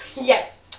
Yes